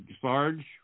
Sarge